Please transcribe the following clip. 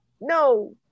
No